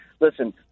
listen